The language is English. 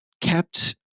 kept